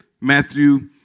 Matthew